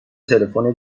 تلفن